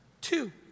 Two